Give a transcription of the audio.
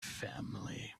family